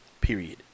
Period